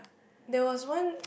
there was one